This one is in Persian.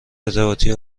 ارتباطی